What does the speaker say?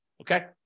Okay